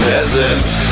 Peasants